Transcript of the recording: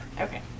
Okay